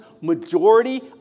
majority